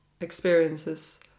experiences